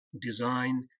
design